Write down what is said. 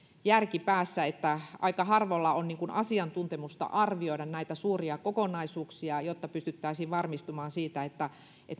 järki päässä että aika harvoilla on asiantuntemusta arvioida näitä suuria kokonaisuuksia jotta pystyttäisiin varmistumaan siitä että